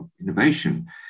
innovation